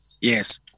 yes